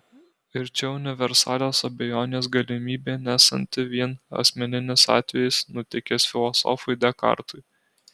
ir čia universalios abejonės galimybė nesanti vien asmeninis atvejis nutikęs filosofui dekartui